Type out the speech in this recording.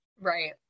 Right